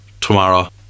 tomorrow